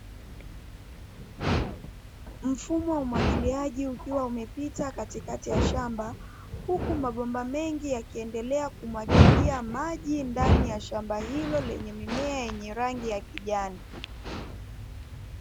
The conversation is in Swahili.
Mfumo wa umwagiliaji ukiwa umepita katikati ya shamba, huku mabomba mengi yakiendelea kumwagilia maji ndani ya shamba hilo, lenye mimea yenye rangi ya kijani.